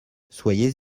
soyez